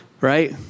right